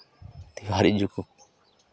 तिवारी जी को